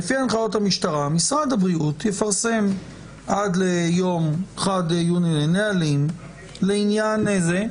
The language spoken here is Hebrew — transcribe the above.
המשטרה משרד הבריאות יפרסם עד ליום 1 ביוני נהלים לעניין זה.